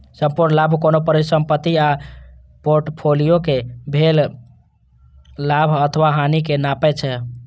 संपूर्ण लाभ कोनो परिसंपत्ति आ फोर्टफोलियो कें भेल लाभ अथवा हानि कें नापै छै